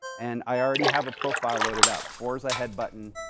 and i already have a profile loaded up, forza head button,